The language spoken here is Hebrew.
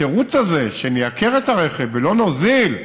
התירוץ הזה, שנייקר את הרכב, ולא נוזיל,